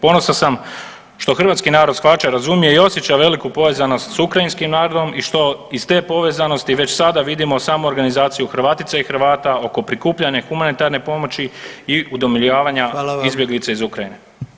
Ponosan sam što hrvatski narod shvaća, razumije i osjeća veliku povezanost sa Ukrajinskim narodom i što iz te povezanosti već sada vidimo samoorganizaciju Hrvatica i Hrvata oko prikupljanja humanitarne pomoći i udomljavanja izbjeglica iz Ukrajine.